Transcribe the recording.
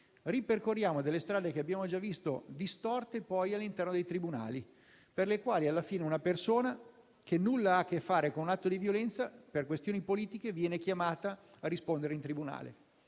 ripercorriamo strade che abbiamo già visto distorte, poi, all'interno dei tribunali, per le quali alla fine una persona, che nulla ha a che fare con un atto di violenza, per questioni politiche viene chiamata a rispondere in tribunale.